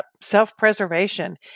self-preservation